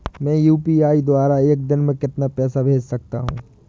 मैं यू.पी.आई द्वारा एक दिन में कितना पैसा भेज सकता हूँ?